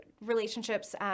relationships